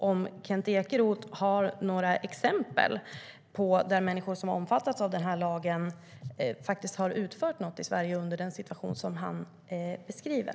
Har Kent Ekeroth några exempel på där människor som har omfattats av lagen faktiskt har utfört något i Sverige på det sätt han beskriver?